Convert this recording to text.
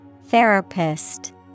Therapist